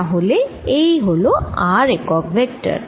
তা হলে এই হল r একক ভেক্টর